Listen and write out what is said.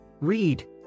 Read